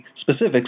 specifics